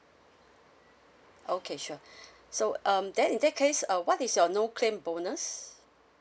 okay sure so um then in that case uh what is your no claim bonus